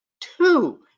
two